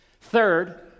Third